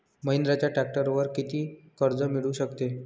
महिंद्राच्या ट्रॅक्टरवर किती कर्ज मिळू शकते?